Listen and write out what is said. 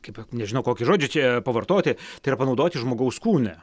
kaip nežinau kokį žodį čia pavartoti tai yra panaudoti žmogaus kūne